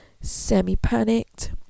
semi-panicked